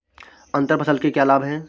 अंतर फसल के क्या लाभ हैं?